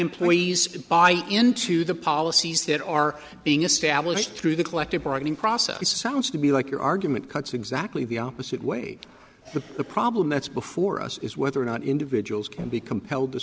employees buy into the policies that are being established through the collective bargaining process it sounds to me like your argument cuts exactly the opposite way the problem that's before us is whether or not individuals can be compelled to